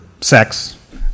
sex